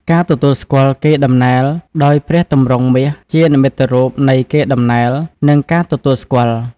ការទទួលស្គាល់កេរដំណែលដោយព្រះទម្រង់មាសជានិមិត្តរូបនៃកេរដំណែល និងការទទួលស្គាល់។